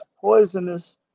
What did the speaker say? poisonous